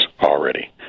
already